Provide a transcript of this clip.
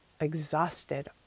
exhausted